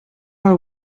mal